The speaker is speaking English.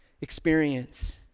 experience